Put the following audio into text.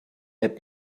app